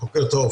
בוקר טוב.